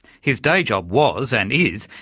his day job was, and is,